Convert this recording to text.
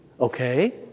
Okay